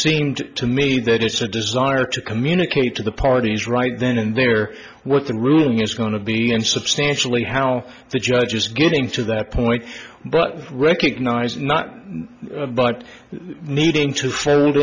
seemed to me that it's a desire to communicate to the parties right then and there what the ruling is going to be and substantially how the judge is getting to that point but recognize not but